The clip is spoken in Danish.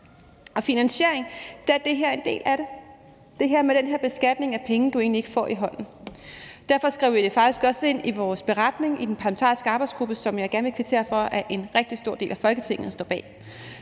til finansieringen er det her en del af det; det her med den her beskatning af penge, du egentlig ikke får i hånden. Derfor skrev vi det faktisk også ind i vores beretning i den parlamentariske arbejdsgruppe, og jeg vil gerne kvittere for, at en rigtig stor del af Folketinget står bag